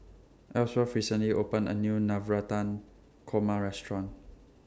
Ellsworth recently opened A New Navratan Korma Restaurant